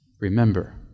remember